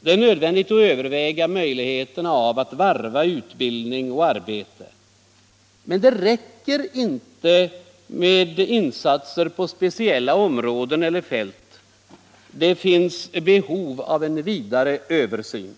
och det är nödvändigt att överväga möjligheten att varva utbildning och arbete. Men det räcker inte med dessa insatser på speciella områden eller fält, utan det finns behov av en vidare översyn.